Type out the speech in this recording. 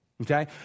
Okay